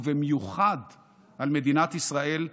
ובמיוחד על מדינת ישראל,